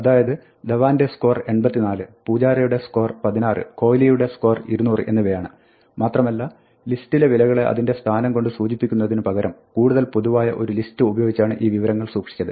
അതായത് ധവാന്റെ സ്കോർ 84 പൂജാരയുടെ സ്കോർ 16 കോഹ്ലിയുടെ സ്കോർ 200 എന്നിവയാണ് മാത്രമല്ല ലിസ്റ്റിലെ വിലകളെ അതിന്റെ സ്ഥാനം കൊണ്ട് സൂചിപ്പിക്കുന്നതിന് പകരം കൂടുതൽ പൊതുവായ ഒരു list ഉപയോഗിച്ചാണ് ഈ വിവരങ്ങൾ സൂക്ഷിച്ചത്